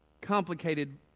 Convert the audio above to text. Complicated